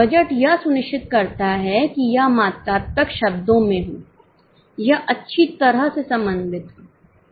budget यह सुनिश्चित करता है कि यह मात्रात्मक शब्दों में हो यह अच्छी तरह से समन्वित हो